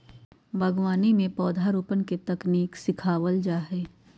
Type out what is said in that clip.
बागवानी में पौधरोपण के तकनीक सिखावल जा हई